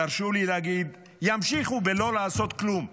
תרשו לי להגיד: ימשיכו לא לעשות כלום,